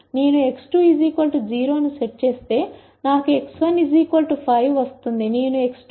నేను x2 0 ని set చేస్తే నాకు x1 5 వస్తుంది